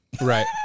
Right